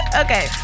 Okay